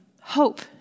hope